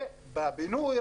ובבינוי,